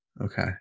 Okay